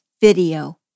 video